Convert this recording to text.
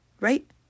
right